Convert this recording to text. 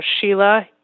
Sheila